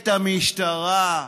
את המשטרה,